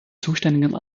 zuständigen